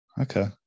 Okay